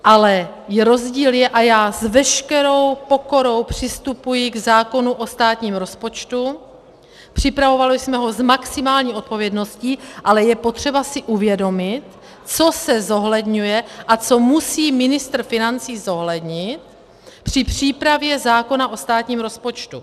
Ale je rozdíl, a já s veškerou pokorou přistupuji k zákonu o státním rozpočtu, připravovali jsme ho s maximální odpovědností, ale je potřeba si uvědomit, co se zohledňuje a co musí ministr financí zohlednit při přípravě zákona o státním rozpočtu.